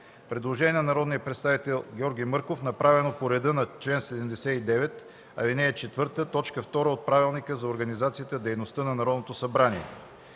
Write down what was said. Предложение на народния представител Георги Мърков, направено по реда на чл. 79, ал. 4, т. 2 от Правилника за организацията и дейността на Народното събрание.